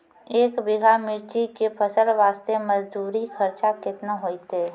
एक बीघा मिर्ची के फसल वास्ते मजदूरी खर्चा केतना होइते?